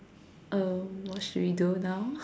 um what should we do now